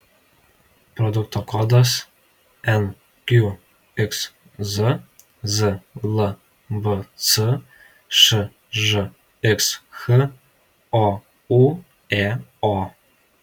produkto kodas nqxz zlbc šžxh oūėo